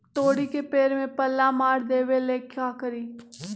तोड़ी के पेड़ में पल्ला मार देबे ले का करी?